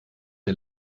der